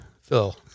Phil